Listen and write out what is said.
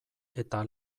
eta